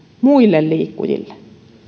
muille liikkujille